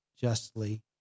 justly